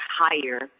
higher